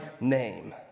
name